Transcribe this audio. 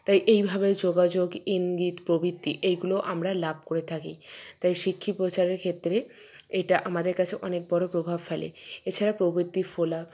তাই এইভাবে যোগাযোগ ইঙ্গিত প্রভৃতি এইগুলো আমরা লাভ করে থাকি তাই শিক্ষা প্রচারের ক্ষেত্রে এটা আমাদের কাছে অনেক বড় প্রভাব ফেলে এছাড়া প্রবৃত্তি ফোলা